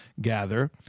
gather